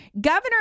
Governor